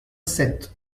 sept